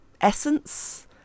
essence